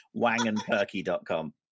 Wangandperky.com